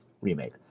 Remake